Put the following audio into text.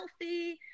healthy